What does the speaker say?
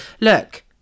look